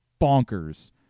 bonkers